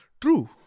true